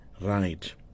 right